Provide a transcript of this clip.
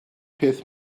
peth